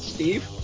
Steve